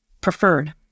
preferred